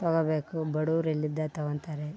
ತಗೋಬೇಕು ಬಡವರು ಎಲ್ಲಿದ್ದ ತಗೋತಾರೆ